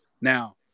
Now